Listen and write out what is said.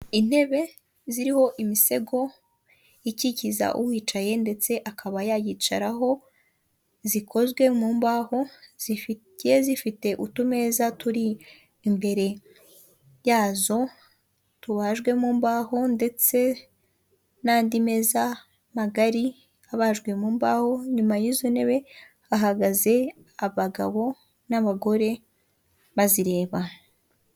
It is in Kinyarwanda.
Intebe ziriho imisego ikikiza uwicaye ndetse akaba yayicaraho, zikozwe mu mbaho zigiye zifite utumeza turi imbere yazo tubajwe mu mbaho ndetse n'andi meza magari abajwe mu mbaho nyuma y'izo ntebe ahagaze abagabo n'abagore bazireba.